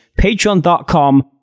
patreon.com